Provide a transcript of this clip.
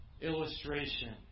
illustration